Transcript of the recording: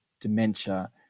dementia